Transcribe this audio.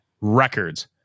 records